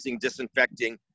disinfecting